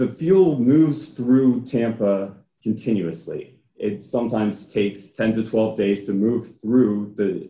the fuel moves through tampa continuously it sometimes takes ten to twelve days to move th